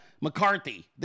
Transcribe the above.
McCarthy